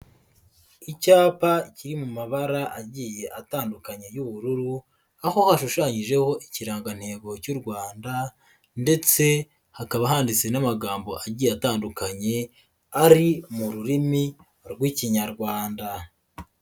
Icyapa kiri mu mabara agiye atandukanye y'ubururu, aho ashushanyijeho ikirangantego cy'u Rwanda ndetse hakaba handitse n'amagambo agiye atandukanye ari mu rurimi rw'Ikinyarwanda.